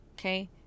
Okay